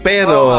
Pero